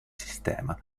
sistema